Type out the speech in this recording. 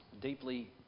deeply